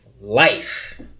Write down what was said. life